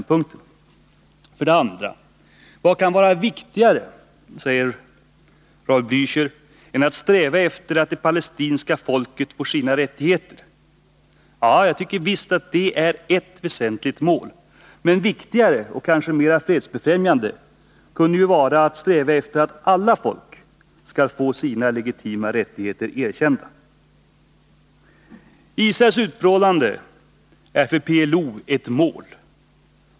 Vad kan vara viktigare, undrar Raul Bläöcher, än att sträva efter att det palestinska folket får sina rättigheter? Visst är det ett väsentligt mål, men viktigare, och kanske mer fredsbefrämjande, kunde vara att sträva efter att alla folk skall få sina legitima rättigheter erkända. Israels utplånande är för PLO ett mål.